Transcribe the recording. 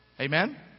Amen